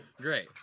Great